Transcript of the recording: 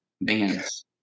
bands